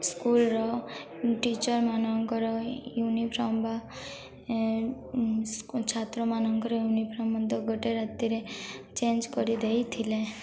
ସ୍କୁଲ୍ର ଟିଚର୍ମାନଙ୍କର ୟୁନିଫର୍ମ ବା ଛାତ୍ରମାନଙ୍କର ୟୁନିଫର୍ମ ମଧ୍ୟ ଗୋଟେ ରାତିରେ ଚେଞ୍ଜ କରିଦେଇଥିଲେ